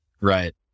Right